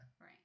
Right